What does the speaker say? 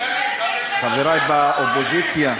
חברי באופוזיציה,